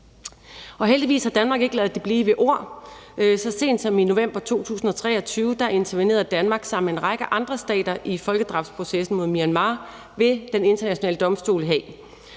Heldigvis har Danmark ikke ladet det blive ved ord. Så sent som i november 2023 intervenerede Danmark sammen med en række andre stater i folkedrabsprocessen mod Myanmar ved Den Internationale Domstol